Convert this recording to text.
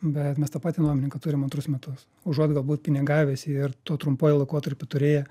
bet mes tą patį nuomininką turim antrus metus užuot galbūt pinigavęsi ir tuo trumpuoju laikotarpiu turėję